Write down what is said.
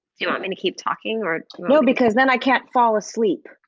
do you want me to keep talking or no, because then i can't fall asleep.